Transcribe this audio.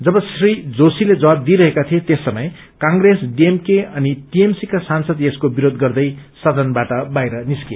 जब श्री जोशीले जवाब दिइरहेका थिए त्यस समय कंग्रेस डीएमके अनि टीएमसीका सांसद यसको विरोष गर्दै सदनबाट बाहिर निस्के